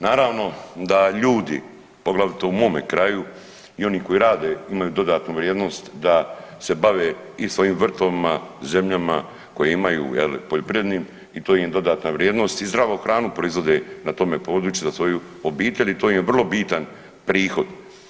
Naravno da ljudi poglavito u mome kraju i oni koji rade imaju dodatnu vrijednost da se bave i svojim vrtovima, zemljama koje imaju je li poljoprivrednim i to im je dodatna vrijednost i zdravu hranu proizvode na tome području za svoju obitelj i to im je vrlo bitan prihod.